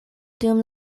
dum